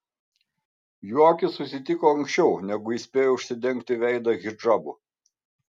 jų akys susitiko anksčiau negu ji spėjo užsidengti veidą hidžabu